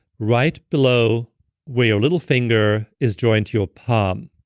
right below where your little finger is joined to your palm.